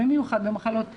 במיוחד במחלות קשות,